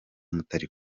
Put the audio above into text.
mutari